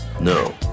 No